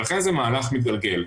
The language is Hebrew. ולכן זה מהלך מתגלגל.